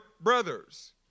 brothers